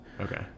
Okay